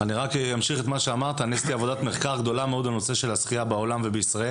שצריכים לדון בנושא של הקמת חברה כזאת,